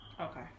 Okay